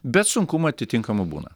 bet sunkumų atitinkamų būna